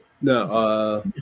No